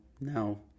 no